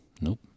nope